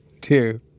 two